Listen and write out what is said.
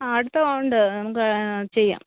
ആ അടുത്തത് ഉണ്ട് നമുക്ക് ചെയ്യാം